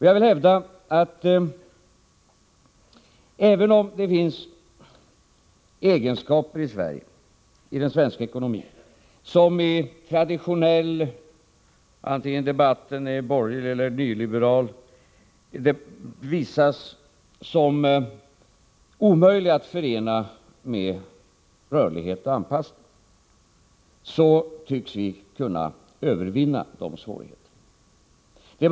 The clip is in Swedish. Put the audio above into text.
Jag vill hävda att vi, även om det finns egenskaper i den svenska ekonomin som i den traditionella oppositionsdebatten — vare sig den är borgerlig eller nyliberal — framstår som omöjliga att förena med rörlighet och anpassning, tycks kunna övervinna de svårigheter som finns.